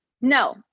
No